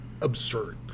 absurd